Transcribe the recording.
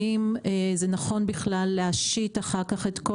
האם זה נכון בכלל להשית אחר כך את כל